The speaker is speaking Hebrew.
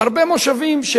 הרבה מושבים,